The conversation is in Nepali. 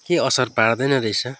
के असर पार्दैन रहेछ